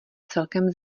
celkem